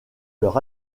leurs